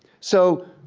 so,